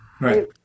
Right